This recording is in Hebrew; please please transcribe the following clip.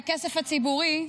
מהכסף הציבורי,